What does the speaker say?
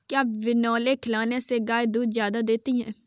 क्या बिनोले खिलाने से गाय दूध ज्यादा देती है?